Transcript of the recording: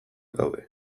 daude